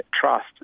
trust